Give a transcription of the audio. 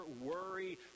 worry